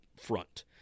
front